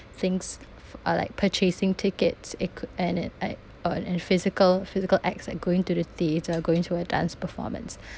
things f~ uh like purchasing tickets it could and it and or and physical physical acts like going to the theater going to a dance performance